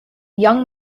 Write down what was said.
young